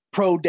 Pro